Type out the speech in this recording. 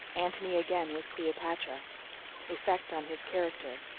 antony again with cleopatra effect on his character